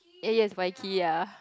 yes yes Waikir uh